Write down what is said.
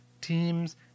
teams